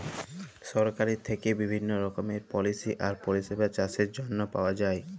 সরকারের থ্যাইকে বিভিল্ল্য রকমের পলিসি আর পরিষেবা চাষের জ্যনহে পাউয়া যায়